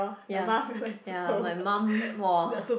ya ya my mum !wah!